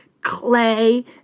clay